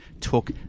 took